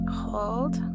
hold